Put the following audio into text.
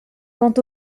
quant